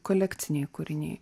kolekciniai kūriniai